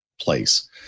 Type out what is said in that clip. place